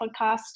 podcast